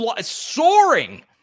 Soaring